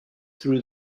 through